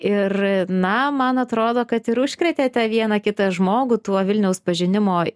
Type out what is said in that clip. ir na man atrodo kad ir užkrėtėte vieną kitą žmogų tuo vilniaus pažinimo